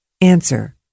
Answer